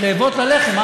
רעבות ללחם.